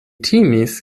timis